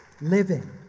Living